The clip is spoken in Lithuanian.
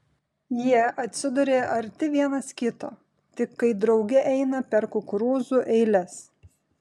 jie atsiduria arti vienas kito tik kai drauge eina per kukurūzų eiles